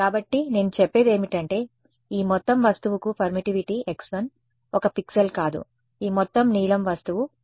కాబట్టి నేను చెప్పేది ఏమిటంటే ఈ మొత్తం వస్తువుకు పర్మిటివిటీ x1 ఒక పిక్సెల్ కాదు ఈ మొత్తం నీలం వస్తువు x1